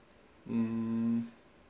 hmm